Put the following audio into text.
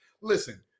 Listen